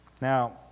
Now